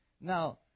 Now